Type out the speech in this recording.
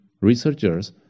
researchers